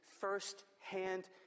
first-hand